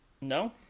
No